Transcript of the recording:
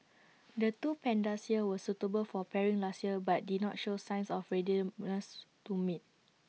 the two pandas here were suitable for pairing last year but did not show signs of readiness to mate